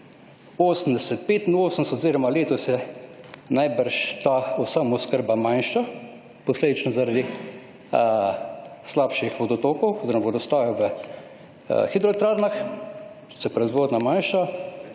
85 oziroma letos je najbrž ta samooskrba manjša, posledično zaradi slabših vodotokov oziroma vodostajev v hidroelektrarnah, se proizvodnja manjša,